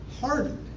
hardened